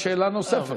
אני